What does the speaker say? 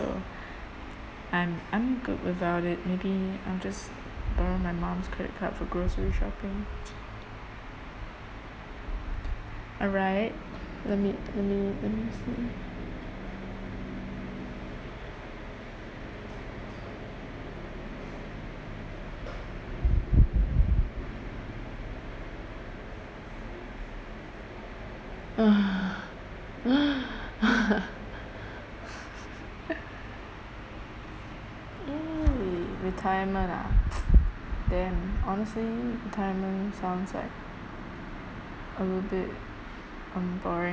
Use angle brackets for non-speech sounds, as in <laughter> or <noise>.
I'm I'm good without it maybe I'll just borrow my mum's credit card for grocery shopping alright let me let me let me see <laughs> mm retirement ah damn honestly retirement sounds like a little bit um boring